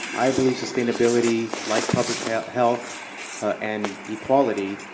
i believe sustainability, like public health health and equality,